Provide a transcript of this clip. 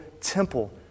temple